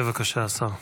בבקשה, השר.